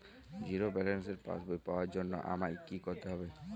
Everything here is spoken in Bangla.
জিরো ব্যালেন্সের পাসবই পাওয়ার জন্য আমায় কী করতে হবে?